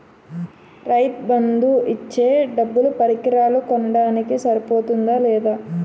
రైతు బందు ఇచ్చే డబ్బులు పరికరాలు కొనడానికి సరిపోతుందా లేదా?